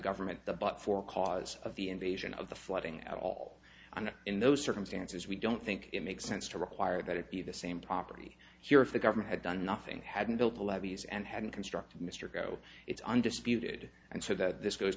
government the but for cause of the invasion of the flooding at all and in those circumstances we don't think it makes sense to require that it be the same property here if the government had done nothing hadn't built the levees and hadn't constructed mr goh it's undisputed and so that this goes